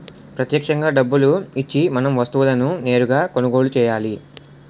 ప్రత్యక్షంగా డబ్బులు ఇచ్చి మనం వస్తువులను నేరుగా కొనుగోలు చేయాలి